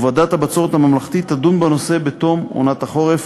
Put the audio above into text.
וועדת הבצורת הממלכתית תדון בנושא בתום עונת החורף,